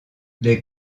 les